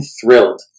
thrilled